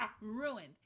Ruined